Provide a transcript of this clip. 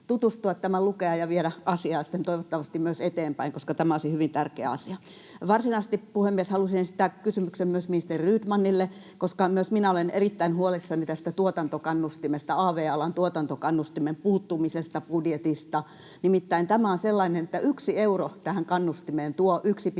tutustua, tämän lukea, ja viedä asiaa sitten toivottavasti myös eteenpäin, koska tämä olisi hyvin tärkeä asia. Varsinaisesti, puhemies, halusin esittää kysymyksen ministeri Rydmanille, koska myös minä olen erittäin huolissani tästä av-alan tuotantokannustimen puuttumisesta budjetista. Nimittäin tämä on sellainen, että yksi euro tähän kannustimeen tuo 1,4 euroa